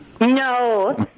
No